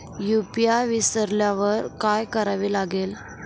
UPI विसरल्यावर काय करावे लागेल?